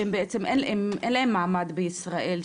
שהם בעצם אין להם מעמד בישראל,